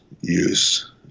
use